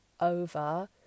over